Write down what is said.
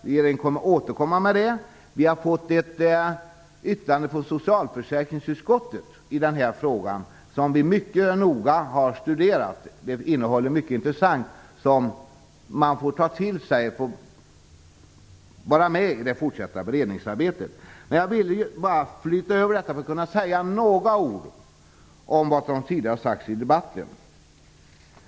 Regeringen återkommer med det. Vi har i den här frågan fått ett yttrande från socialförsäkringsutskottet som vi mycket noga har studerat. Det innehåller mycket som är intressant, som man får ta till sig och som bör vara med i det fortsatta beredningsarbetet. Jag ville bara flyta över detta för att med några ord kunna beröra det som tidigare har sagts i debatten.